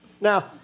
Now